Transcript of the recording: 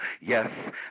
yes